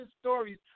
stories